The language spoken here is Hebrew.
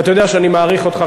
ואתה יודע שאני מעריך אותך,